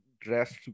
dressed